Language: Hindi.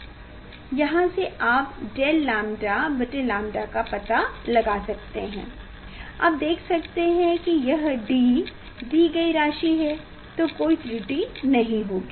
यहाँ से आप डेल लैंबड़ा बटे लैंबड़ा का पता लगा सकते हैं आप देख सकते हैं कि यह D दी गई राशि है तो कोई त्रुटि नहीं होगी